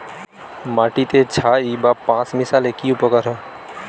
মাটিতে ছাই বা পাঁশ মিশালে কি উপকার হয়?